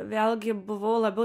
vėlgi buvau labiau